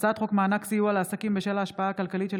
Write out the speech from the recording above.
הצעת חוק מענק סיוע לעסקים בשל ההשפעה הכלכלית של